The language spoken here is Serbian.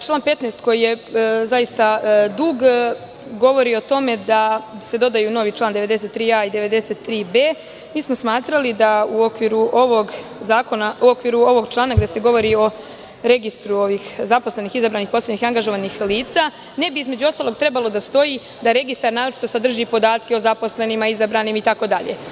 Član 15. koji je zaista dug govori o tome da se dodaju čl. 93a i 93b. Mi smo smatrali da u okviru ovog člana, gde se govori o registru zaposlenih izabranih, postavljenih i angažovanih lica, ne bi trebalo da stoji da registar naročito sadrži podatke o zaposlenima, izabranima itd.